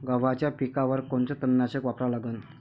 गव्हाच्या पिकावर कोनचं तननाशक वापरा लागन?